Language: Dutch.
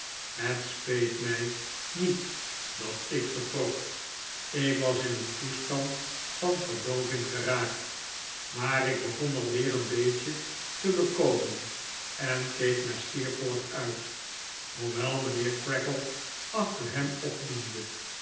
het speet mij niet dat ik vertrok ik was in een toestand van verdooving geraakt maar ik begon alweer een beetje te bekomen en keek naar steerforth uit hoewel mijnheer creakle achter hem opdoemde